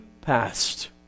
past